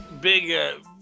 Big